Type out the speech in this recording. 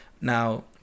Now